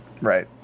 Right